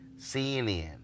CNN